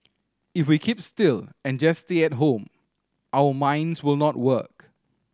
if we keep still and just stay at home our minds will not work